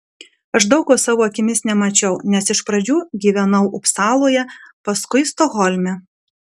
aš daug ko savo akimis nemačiau nes iš pradžių gyvenau upsaloje paskui stokholme